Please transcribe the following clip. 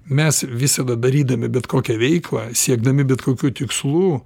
mes visada darydami bet kokią veiklą siekdami bet kokių tikslų